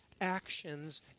actions